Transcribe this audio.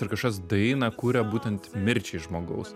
ir kažkas dainą kuria būtent mirčiai žmogaus